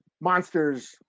monsters